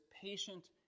patient